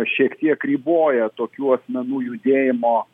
šiek tiek riboja tokių asmenų judėjimo